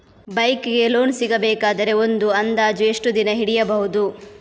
Bike ಗೆ loan ಸಿಗಬೇಕಾದರೆ ಒಂದು ಅಂದಾಜು ಎಷ್ಟು ದಿನ ಹಿಡಿಯಬಹುದು?